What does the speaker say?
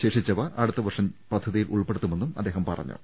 ശേഷിച്ചവ അടുത്ത വർഷം പദ്ധതിയിൽ ഉൾപ്പെടുത്തു മെന്ന് അദ്ദേഹം പറഞ്ഞു